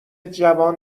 جوان